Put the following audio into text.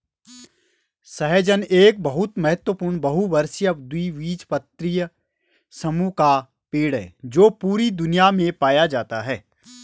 सहजन एक बहुत महत्वपूर्ण बहुवर्षीय द्विबीजपत्री समूह का पेड़ है जो पूरी दुनिया में पाया जाता है